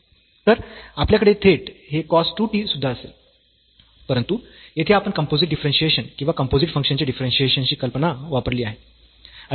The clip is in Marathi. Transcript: तर आपल्याकडे थेट हे cos 2 t सुद्धा असेल परंतु येथे आपण कम्पोझिट डिफरन्शियेशन किंवा कम्पोझिट फंक्शन चे डिफरन्शियेशन ची कल्पना वापरली आहे